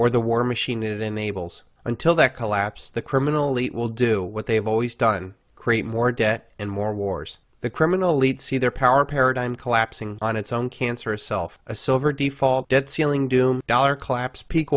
or the war machine that enables until that collapse the criminally will do what they've always done create more debt and more wars the criminal leads see their power paradigm collapsing on its own cancerous self a silver default debt ceiling doom dollar collapse peak